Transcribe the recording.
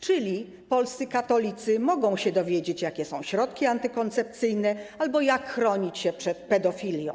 Czyli polscy katolicy mogą się dowiedzieć, jakie są środki antykoncepcyjne albo jak chronić się przed pedofilią.